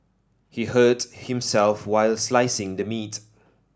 he hurt himself while slicing the meat